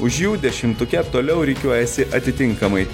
už jų dešimtuke toliau rikiuojasi atitinkamai